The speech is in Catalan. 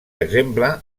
exemple